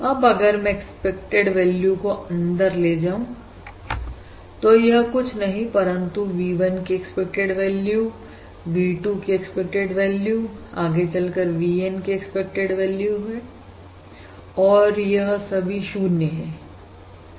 अब अगर मैं एक्सपेक्टेड वैल्यू को अंदर ले जाऊं तो यह कुछ नहीं परंतु V1 की एक्सपेक्टेड वैल्यू V2 की एक्सपेक्टेड वैल्यू आगे चलकर VN की एक्सपेक्टेड वैल्यू है और यह सभी 0 है